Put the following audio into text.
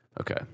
Okay